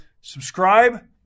Subscribe